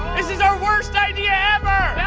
this is our worst idea